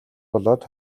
болоод